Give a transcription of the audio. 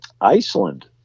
Iceland